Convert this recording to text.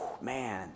man